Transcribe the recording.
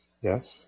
yes